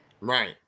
Right